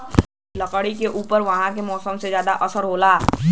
लकड़ी के ऊपर उहाँ के मौसम क जादा असर होला